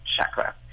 chakra